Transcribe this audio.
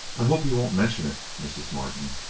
i hope you won't mention it, mrs. martin,